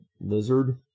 lizard